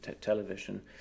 television